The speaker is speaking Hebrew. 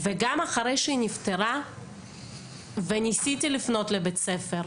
גם אחרי שהיא נפטרה וניסיתי לפנות לבית ספר,